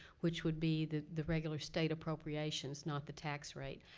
which would be the the regular state appropriations not the tax rate.